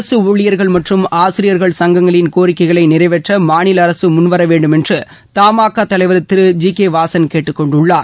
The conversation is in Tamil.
அரசு ஊழியர்கள் மற்றும் ஆசிரியர்கள் சங்கங்களின் கோரிக்கைகளை நிறைவேற்ற மாநில அரசு முன்வர வேண்டுமென்று தமாகா தலைவர் திரு ஜி கே வாசன் கேட்டுக் கொண்டுள்ளார்